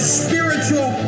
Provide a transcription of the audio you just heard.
spiritual